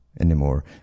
anymore